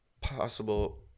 possible